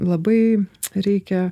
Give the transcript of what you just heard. labai reikia